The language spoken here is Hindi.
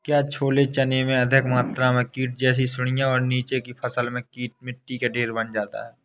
क्या छोले चने में अधिक मात्रा में कीट जैसी सुड़ियां और नीचे की फसल में मिट्टी का ढेर बन जाता है?